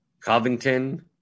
Covington